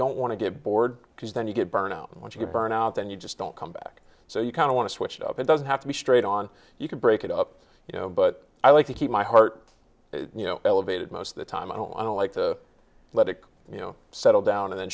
don't want to get bored because then you get burned out and once you get burned out then you just don't come back so you kind of want to switch it up it doesn't have to be straight on you can break it up you know but i like to keep my heart you know elevated most of the time i don't like to let it you know settle down and then